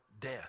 death